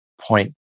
Point